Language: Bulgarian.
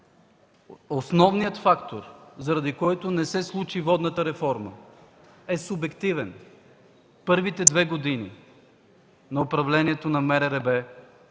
основният фактор, заради който не се случи водната реформа, е субективен. Първите две години на управлението на МРРБ